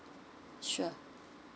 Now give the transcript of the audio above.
sure